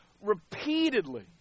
repeatedly